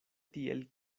tiel